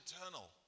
eternal